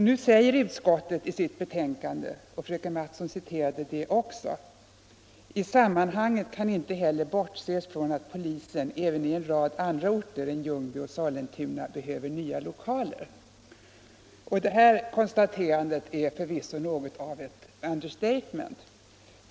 Nu säger utskottsmajoriteten i sitt betänkande, som också fröken Mattson citerade: ”I sammanhanget kan inte heller bortses från att polisen även i en rad andra orter än Ljungby och Sollentuna behöver nya lokaler.” Det här konstaterandet är förvisso något av understatement.